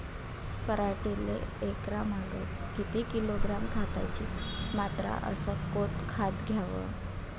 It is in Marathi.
पराटीले एकरामागं किती किलोग्रॅम खताची मात्रा अस कोतं खात द्याव?